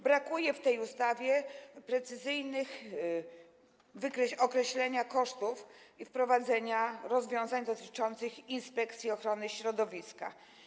Brakuje w tej ustawie precyzyjnego określenia kosztów wprowadzenia rozwiązań dotyczących Inspekcji Ochrony Środowiska.